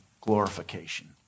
glorification